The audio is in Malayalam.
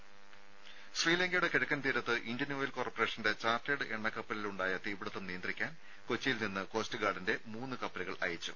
രുമ ശ്രീലങ്കയുടെ കിഴക്കൻ തീരത്ത് ഇന്ത്യൻ ഓയിൽ കോർപ്പറേഷന്റെ ചാർട്ടേഡ് എണ്ണക്കപ്പലിൽ ഉണ്ടായ തീപിടുത്തം നിയന്ത്രിക്കാൻ കൊച്ചിയിൽ നിന്ന് കോസ്റ്റ് ഗാർഡിന്റെ മൂന്ന് കപ്പലുകൾ അയച്ചു